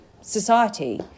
society